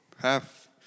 half